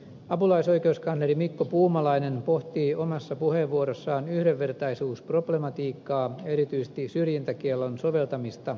apulaisoikeuskansleri mikko puumalainen pohtii omassa puheenvuorossaan yhdenvertaisuusproblematiikkaa erityisesti syrjintäkiellon soveltamista laillisuusvalvonnassa